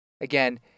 again